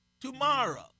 tomorrow